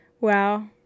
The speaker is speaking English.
Wow